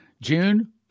June